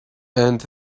and